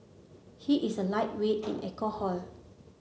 he is a lightweight in alcohol